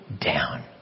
down